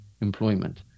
employment